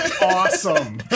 Awesome